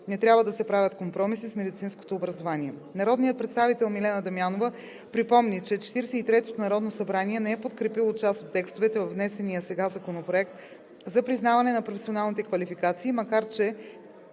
Не трябва да се правят компромиси с медицинското образование. Народният представител Милена Дамянова припомни, че 43 тото Народно събрание не е подкрепило част от текстовете във внесения сега Законопроект за признаване на професионалните квалификации, макар че